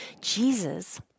Jesus